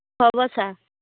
হ'ব ছাৰ